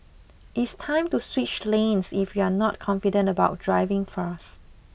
it's time to switch lanes if you're not confident about driving fast